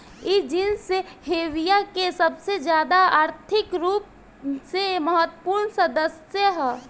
इ genus Hevea के सबसे ज्यादा आर्थिक रूप से महत्वपूर्ण सदस्य ह